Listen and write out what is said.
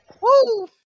Woo